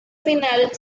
final